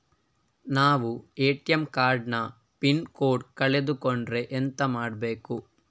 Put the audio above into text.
ನಾವು ATM card ನ pin code ಕಳೆದು ಕೊಂಡ್ರೆ ಎಂತ ಮಾಡ್ಬೇಕು?